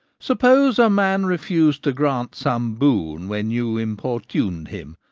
suppose a man refused to grant some boon when you importuned him,